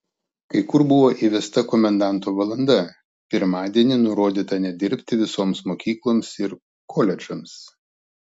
kai kur buvo įvesta komendanto valanda pirmadienį nurodyta nedirbti visoms mokykloms ir koledžams